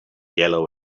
yellow